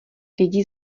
lidi